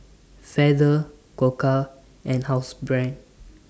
Feather Koka and Housebrand